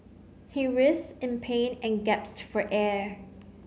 he writhed in pain and gasped for air